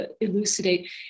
elucidate